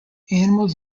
animals